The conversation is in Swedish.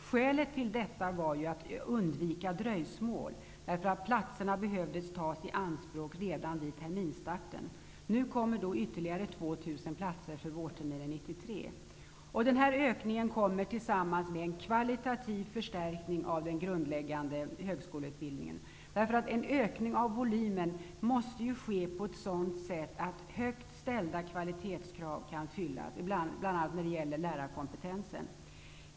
Skälet till detta var att undvika dröjsmål. Platserna behövde tas i anspråk redan vid terminsstarten. Nu kommer ytterligare 2 000 Den här ökningen kommer tillsammans med en kvalitativ förstärkning av den grundläggande högskoleutbildningen. En ökning av volymen måste ske på ett sådant sätt att högt ställda kvalitetskrav kan fyllas, bl.a. när det gäller lärarkompetensen.